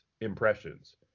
impressions